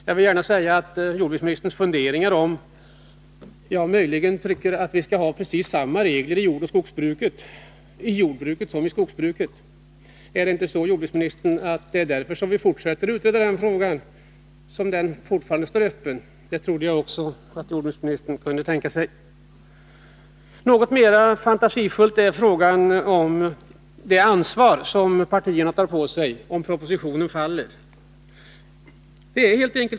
Som svar på jordbruksministerns funderingar, om jag möjligen tycker att vi skall ha precis samma regler i jordbruket som i skogsbruket, vill jag gärna fråga: Är det inte så, jordbruksministern, att det är för att den frågan fortfarande står öppen som vi fortsätter att utreda den? Jag trodde att också jordbruksministern kunde tänka sig en sådan lösning. Något mer fantasifull är frågan om det ansvar som partierna tar på sig om propositionen faller.